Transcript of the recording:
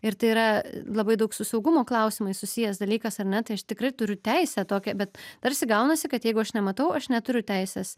ir tai yra labai daug su saugumo klausimais susijęs dalykas ar ne tai aš tikrai turiu teisę tokią bet tarsi gaunasi kad jeigu aš nematau aš neturiu teisės